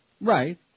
Right